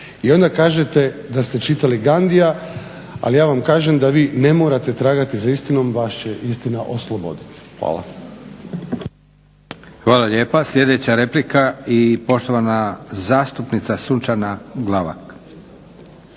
I onda kažete da ste čitali Ghandija, ali ja vam kažem da vi ne morate tragati da istinom, vas će istina osloboditi. Hvala. **Leko, Josip (SDP)** Hvala lijepa. Sljedeća replika i poštovana zastupnica Sunčana Glavak.